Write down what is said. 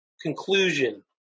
conclusion